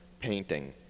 painting